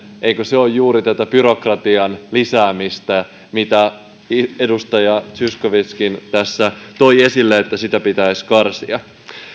eikö se ole juuri tätä byrokratian lisäämistä vaikka edustaja zyskowiczkin tässä toi esille että sitä pitäisi karsia